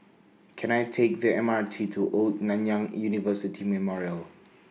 Can I Take The M R T to Old Nanyang University Memorial